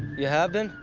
you have been?